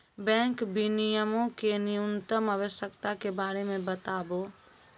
bank विनियमो के न्यूनतम आवश्यकता के बारे मे बताबो